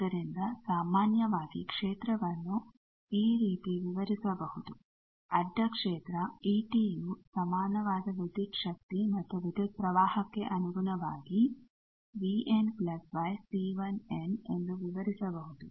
ಆದ್ದರಿಂದ ಸಾಮಾನ್ಯವಾಗಿ ಕ್ಷೇತ್ರವನ್ನು ಈ ರೀತಿ ವಿವರಿಸಬಹುದು ಅಡ್ಡ ಕ್ಷೇತ್ರ ಯು ಸಮಾನವಾದ ವಿದ್ಯುತ್ ಶಕ್ತಿ ಮತ್ತು ವಿದ್ಯುತ್ ಪ್ರವಾಹಕ್ಕೆ ಅನುಗುಣವಾಗಿ ಎಂದು ವಿವರಿಸಬಹುದು